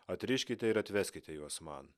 atriškite ir atveskite juos man